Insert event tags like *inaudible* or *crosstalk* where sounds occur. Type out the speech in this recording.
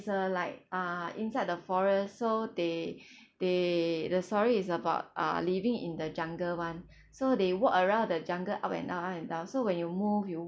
a like uh inside the forest so they *breath* they the story is about uh living in the jungle [one] so they walk around the jungle up and down up and down so when you move you